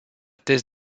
thèse